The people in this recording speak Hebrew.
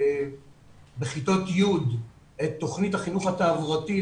בכיתות י' את תוכנית החינוך התעבורתי,